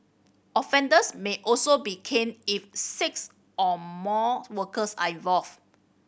offenders may also be caned if six or more workers are involved